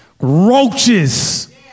roaches